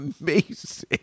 amazing